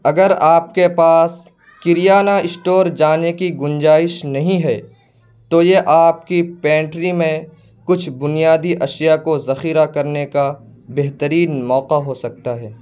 اگر آپ کے پاس کریانہ اسٹور جانے کی گنجائش نہیں ہے تو یہ آپ کی پینٹری میں کچھ بنیادی اشیاء کو ذخیرہ کرنے کا بہترین موقع ہو سکتا ہے